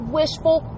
wishful